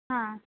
हां